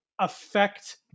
affect